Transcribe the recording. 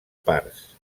parts